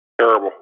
Terrible